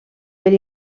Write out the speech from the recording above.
per